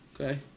Okay